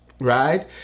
right